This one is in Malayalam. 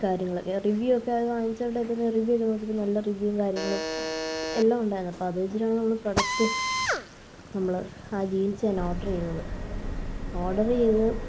കാര്യങ്ങൾ ഇങ്ങനെ റിവ്യൂ ഒക്കെ അത് വാങ്ങിച്ചുകൊണ്ട് നിൽക്കുന്ന റിവ്യൂ നോക്കിയപ്പോൾ നല്ല റിവ്യൂവും കാര്യങ്ങളും എല്ലാം ഉണ്ടായിരുന്നു അപ്പോൾ അത് വെച്ചിട്ടാണ് നമ്മൾ പ്രൊഡക്റ്റ് നമ്മൾ ആ ജീന്സ് ഞാൻ ഓഡറ് ചെയ്തത് ഓഡറ് ചെയ്ത്